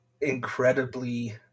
incredibly